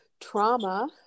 trauma